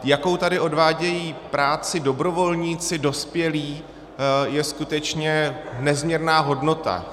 Jakou tady odvádějí práci dobrovolníci dospělí, je skutečně nezměrná hodnota.